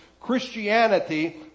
Christianity